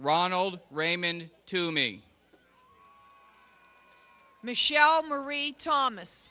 old raymond to me michelle marie thomas